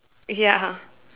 ya